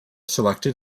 selected